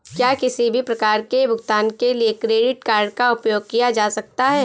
क्या किसी भी प्रकार के भुगतान के लिए क्रेडिट कार्ड का उपयोग किया जा सकता है?